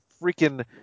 freaking